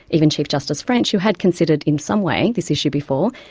even chief justice french, who had considered, in some way, this issue before,